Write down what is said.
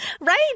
Right